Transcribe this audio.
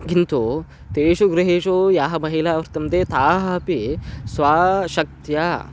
किन्तु तेषु गृहेषु याः महिलाः वर्तन्ते ताः अपि स्वशक्त्या